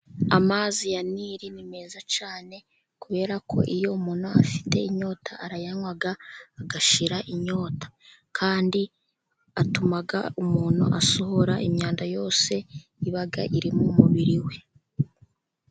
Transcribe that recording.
Amazi ya Nili ni meza cyane, kubera ko iyo umuntu afite inyota arayanywa, agashira inyota. Kandi atuma umuntu asohora imyanda yose, iba iri mu mubiri we.